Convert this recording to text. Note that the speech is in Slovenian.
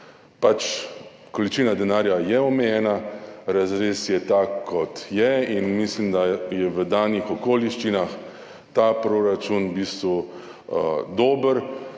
je količina denarja omejena, razrez je tak, kot je, in mislim, da je v danih okoliščinah ta proračun v bistvu dober,